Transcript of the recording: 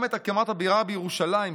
גם את הקמת הבירה בירושלים,